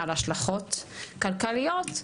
על השלכות כלכליות,